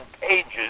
pages